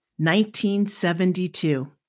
1972